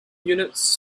units